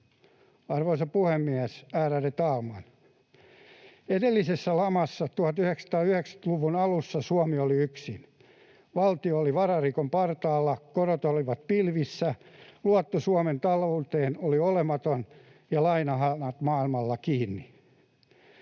Arvoisa puhemies, ärade talman! Edellisessä lamassa 1990-luvun alussa Suomi oli yksin. Valtio oli vararikon partaalla, korot olivat pilvissä. Luotto Suomen talouteen oli olematon ja lainahanat maailmalla kiinni.